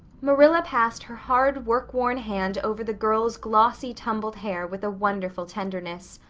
marilla passed her hard work-worn hand over the girl's glossy, tumbled hair with a wonderful tenderness.